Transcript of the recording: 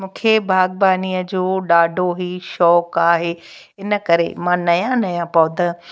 मूंखे बागबानीअ जो ॾाढो ई शौंक़ु आहे इन करे मां नया नया पौधा